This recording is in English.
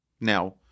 Now